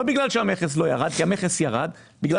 וזה לא בגלל שהמכס לא ירד אלא בגלל